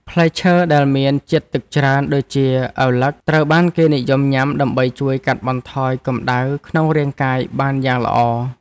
ផ្លែឈើដែលមានជាតិទឹកច្រើនដូចជាឪឡឹកត្រូវបានគេនិយមញ៉ាំដើម្បីជួយកាត់បន្ថយកម្តៅក្នុងរាងកាយបានយ៉ាងល្អ។